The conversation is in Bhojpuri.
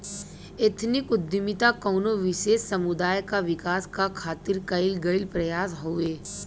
एथनिक उद्दमिता कउनो विशेष समुदाय क विकास क खातिर कइल गइल प्रयास हउवे